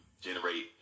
Generate